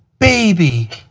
baby.